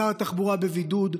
שר התחבורה בבידוד.